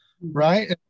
Right